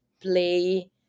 play